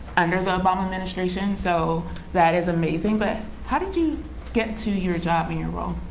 under the obama administration. so that is amazing. but how did you get to your job and your role?